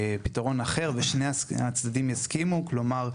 בפתרון אחר בהסכמה כלומר,